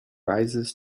rises